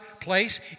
place